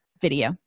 video